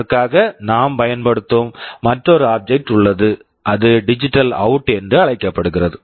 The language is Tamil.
அதற்காக நாம் பயன்படுத்தும் மற்றொரு ஆப்ஜெக்ட் object உள்ளது அது டிஜிட்டல் அவுட் digital out என்று அழைக்கப்படுகிறது